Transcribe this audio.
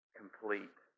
complete